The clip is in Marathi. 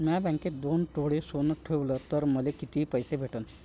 म्या बँकेत दोन तोळे सोनं ठुलं तर मले किती पैसे भेटन